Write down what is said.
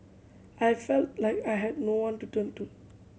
I felt like I had no one to turn to